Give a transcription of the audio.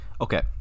Okay